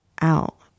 out